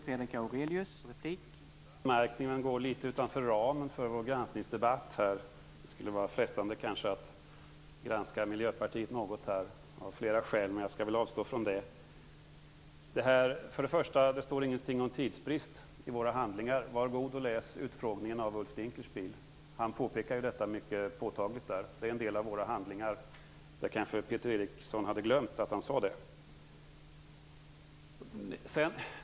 Herr talman! Den senaste anmärkningen går litet utanför ramen för vår granskningsdebatt. Det skulle vara frestande att granska Miljöpartiet något, av flera skäl, men jag skall avstå från det. Det står ingenting om tidsbrist i handlingarna, säger Peter Eriksson. Var god och läs utfrågningen av Ulf Dinkelspiel. Han påpekar detta mycket påtagligt. Det är en del av våra handlingar. Det kanske Peter Eriksson hade glömt att Dinkelspiel sade.